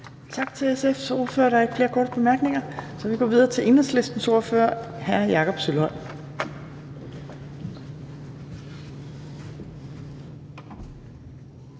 Tak til SF's ordfører. Der er ikke flere korte bemærkninger, så vi går videre til Enhedslistens ordfører, hr. Jakob Sølvhøj.